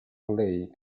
play